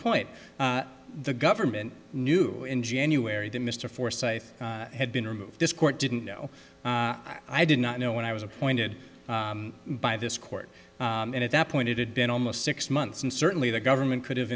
point the government knew in january that mr forsyth had been removed this court didn't know i did not know when i was appointed by this court and at that point it had been almost six months and certainly the government could have